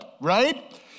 right